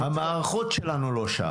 המערכות שלנו לא שם.